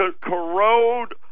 corrode